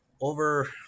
over